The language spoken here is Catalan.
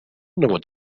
nebot